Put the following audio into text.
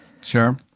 Sure